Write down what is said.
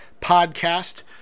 podcast